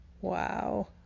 Wow